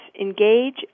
engage